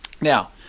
Now